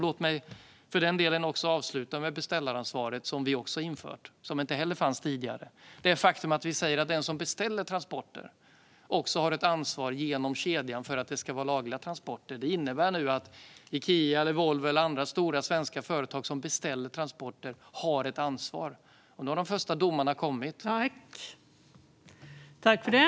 Låt mig avsluta med just beställaransvaret, som vi också infört och som inte heller fanns tidigare. Det faktum att vi säger att den som beställer transporter också har ett ansvar genom kedjan för att det ska vara lagliga transporter innebär att Ikea eller Volvo eller andra stora svenska företag som beställer transporter har ett ansvar. Och nu har de första domarna kommit.